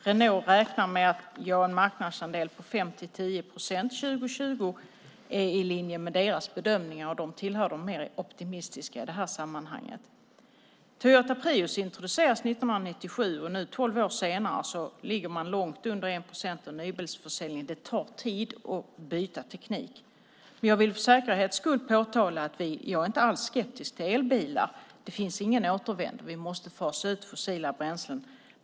Renault räknar med att en marknadsandel på 5-10 procent 2020 är i linje med deras bedömningar, och de tillhör de mer optimistiska i det här sammanhanget. Toyota Prius introducerades 1997, och nu tolv år senare ligger man långt under 1 procent i nybilsförsäljningen. Det tar tid att byta teknik. Jag vill för säkerhets skull påtala att jag inte alls är skeptisk till elbilar. Det finns ingen återvändo. Vi måste fasa ut fossila bränslen.